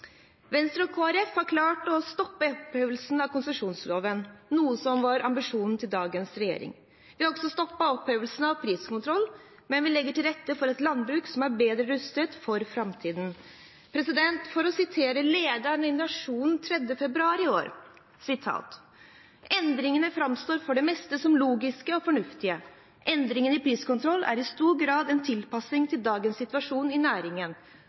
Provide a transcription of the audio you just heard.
Venstre og Kristelig Folkeparti har klart å stoppe opphevelsen av konsesjonsloven, noe som var ambisjonen til dagens regjering. Vi har også stoppet opphevelsen av priskontrollen, men vi legger til rette for et landbruk som er bedre rustet for framtiden. For å sitere fra lederen i Nationen 3. februar i år: «Endringene framstår for det meste som logiske og fornuftige. Endringene i priskontrollen er i stor grad en tilpasning til dagens situasjon i